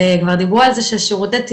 וכבר דיברו על זה ששירותי תימלול,